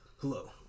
Hello